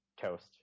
toast